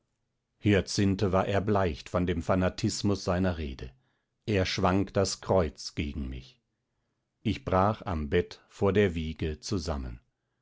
hyacinthe war erbleicht von dem fanatismus seiner rede er schwang das kreuz gegen mich ich brach am bett vor der wiege zusammen